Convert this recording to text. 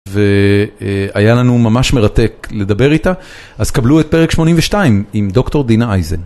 ו... אה... היה לנו ממש מרתק לדבר איתה, אז קבלו את פרק 82 עם דוקטור דינה אייזן.